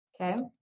Okay